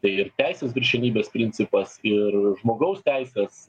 tai ir teisės viršenybės principas ir žmogaus teisės